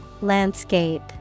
Landscape